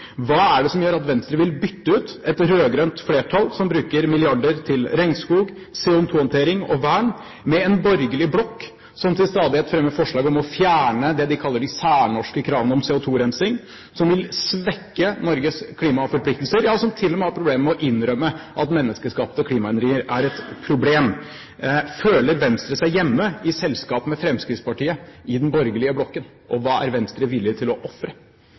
Hva er det som gjør at Venstre vil bytte ut et rød-grønt flertall som bruker milliarder til regnskog, CO2-håndtering og vern, med en borgerlig blokk som til stadighet fremmer forslag om å fjerne det de kaller de særnorske kravene om CO2-rensing, som vil svekke Norges klimaforpliktelser, ja, som til og med har problemer med å innrømme at menneskeskapte klimaendringer er et problem? Føler Venstre seg hjemme i selskap med Fremskrittspartiet i den borgerlige blokken? Hva er Venstre villig til å ofre?